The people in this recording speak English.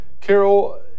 Carol